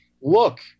Look